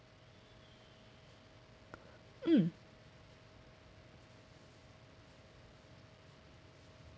mm